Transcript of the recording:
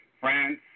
France